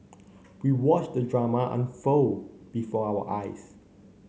we watched the drama unfold before our eyes